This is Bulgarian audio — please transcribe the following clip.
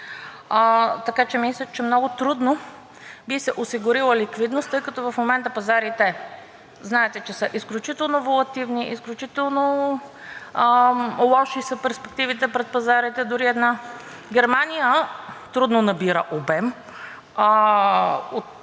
емисия. Мисля, че много трудно би се осигурила ликвидност, тъй като в момента пазарите знаете, че са изключително волатилни, изключително лоши са перспективите пред пазарите, дори една Германия трудно набира обем